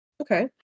okay